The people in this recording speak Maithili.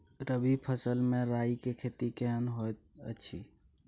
रबी फसल मे राई के खेती केहन होयत अछि?